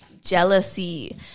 jealousy